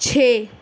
چھ